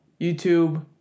YouTube